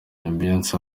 beyonce